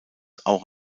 auch